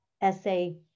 essay